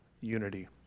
unity